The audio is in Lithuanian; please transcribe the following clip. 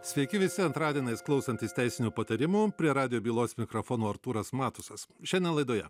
sveiki visi antradieniais klausantys teisinių patarimų prie radijo bylos mikrofono artūras matusas šiandien laidoje